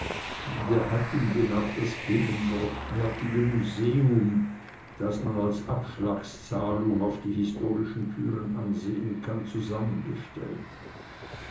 der hat ihm denn auch das gegenwärtige museum das man als abschlagszahlung auf die historischen türen ansehen kann zusammengestellt